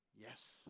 yes